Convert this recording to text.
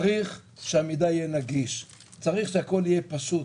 צריך שהמידע יהיה נגיש, צריך שהכול יהיה פשוט.